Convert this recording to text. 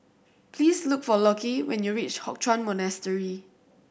please look for Lockie when you reach Hock Chuan Monastery